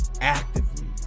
actively